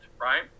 right